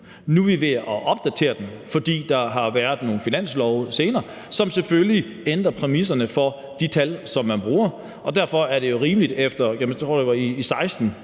Nu er vi ved at opdatere den, fordi der har været nogle finanslove senere, som selvfølgelig ændrer præmisserne for de tal, som vi bruger, og derfor er det jo rimeligt – jeg tror, det var i 2016,